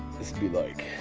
just be like